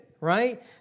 right